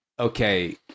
okay